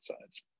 sides